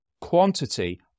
quantity